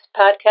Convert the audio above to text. podcast